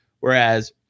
whereas